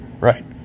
right